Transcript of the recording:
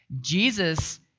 Jesus